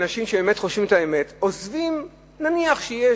אנשים שבאמת חושבים את האמת,